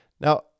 Now